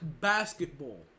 basketball